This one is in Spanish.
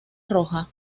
roja